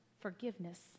forgiveness